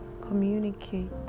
communicate